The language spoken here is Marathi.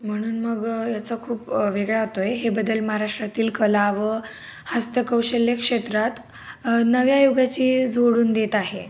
म्हणून मग याचा खूप वेगळा अतोय हे बदल महाराष्ट्रातील कला व हस्तकौशल्य क्षेत्रात नव्या युगाची जोडून देत आहे